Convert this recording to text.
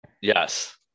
Yes